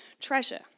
treasure